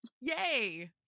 Yay